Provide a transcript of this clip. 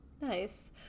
Nice